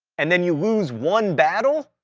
and then you lose one battle,